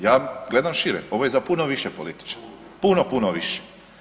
Ja gledam šire, ovo je za puno više političara, puno, puno više.